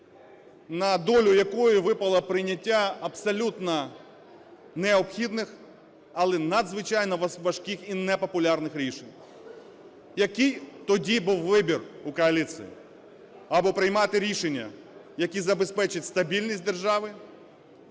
на долю якої випало прийняття абсолютно необхідних, але надзвичайно важких і непопулярних рішень. Який тоді був вибір у коаліції? Або приймати рішення, які забезпечать стабільність держави,